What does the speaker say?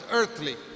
earthly